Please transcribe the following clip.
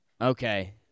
Okay